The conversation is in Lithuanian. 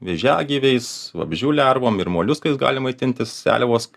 vėžiagyviais vabzdžių lervom ir moliuskais gali maitintis seliavos